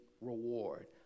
reward